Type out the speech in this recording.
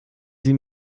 sie